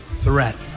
threat